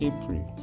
April